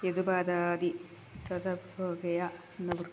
യജപാതാതി തദഭോഗയ എന്ന വൃത്തം